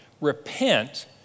Repent